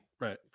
right